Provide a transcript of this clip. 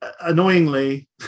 Annoyingly